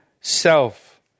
self